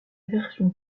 version